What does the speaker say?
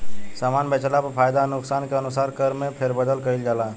सामान बेचला पर फायदा आ नुकसान के अनुसार कर में फेरबदल कईल जाला